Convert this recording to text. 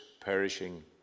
perishing